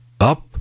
up